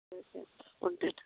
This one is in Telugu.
ఓకే ఉంటాను